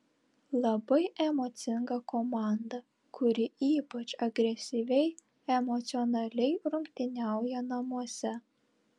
labai emocinga komanda kuri ypač agresyviai emocionaliai rungtyniauja namuose